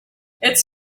it’s